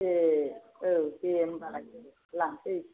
ए औ दे होनबालाय लांफै